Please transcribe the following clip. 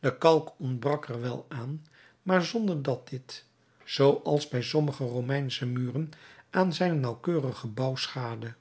de kalk ontbrak er wel aan maar zonder dat dit zooals bij sommige romeinsche muren aan zijn nauwkeurigen bouw schaadde